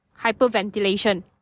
hyperventilation